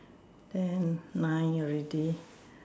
then my already